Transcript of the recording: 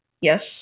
Yes